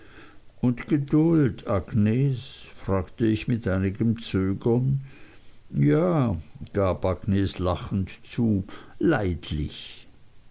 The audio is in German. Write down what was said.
und geduld agnes fragte ich mit einigem zögern ja gab agnes lachend zu leidlich